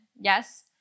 yes